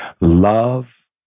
love